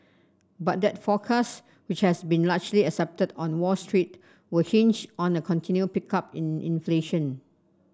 but that forecast which has been largely accepted on Wall Street will hinge on a continued pickup in inflation